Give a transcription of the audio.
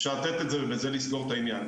אפשר לתת את זה ובזה לסגור את הענין.